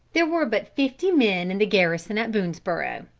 there were but fifty men in the garrison at boonesborough.